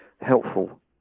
helpful